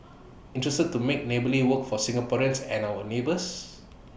interested to make neighbourly work for Singaporeans and our neighbours